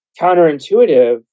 counterintuitive